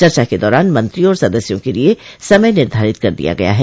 चर्चा के दौरान मंत्रियों और सदस्यों के लिये समय निर्धारित कर दिया गया है